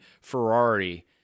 Ferrari